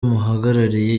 muhagarariye